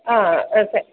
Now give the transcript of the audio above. ஆ ஆ ச